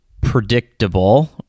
predictable